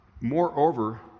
Moreover